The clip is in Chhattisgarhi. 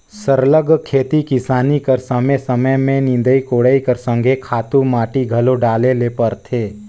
सरलग खेती किसानी कर समे समे में निंदई कोड़ई कर संघे खातू माटी घलो डाले ले परथे